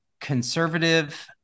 conservative